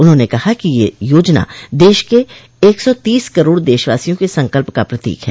उन्होंने कहा कि यह योजना देश के एक सौ तोस करोड़ देशवासियों के संकल्प का प्रतीक है